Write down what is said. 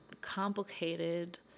complicated